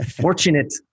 fortunate